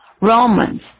Romans